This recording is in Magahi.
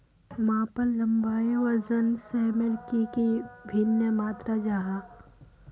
मापन लंबाई वजन सयमेर की वि भिन्न मात्र जाहा?